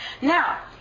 now